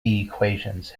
equations